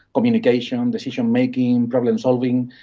communication, decision-making, problem-solving.